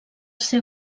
ser